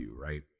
right